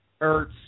Ertz